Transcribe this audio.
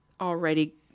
already